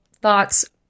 thoughts